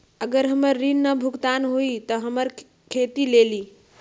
अगर हमर ऋण न भुगतान हुई त हमर घर खेती लेली?